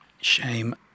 shame